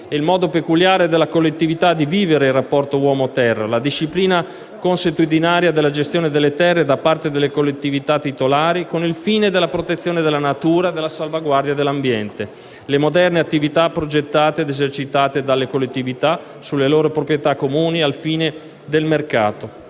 il modo peculiare delle collettività di vivere il rapporto uomo-terra e la disciplina consuetudinaria della gestione delle terre da parte delle collettività titolari, con il fine della protezione della natura e della salvaguardia dell'ambiente e le moderne attività progettate ed esercitate dalle collettività sulle loro proprietà comuni al fine del mercato.